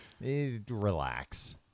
relax